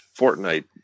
fortnite